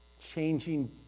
changing